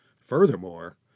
Furthermore